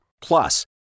Plus